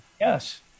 yes